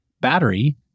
battery